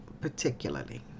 particularly